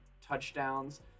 touchdowns